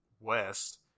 west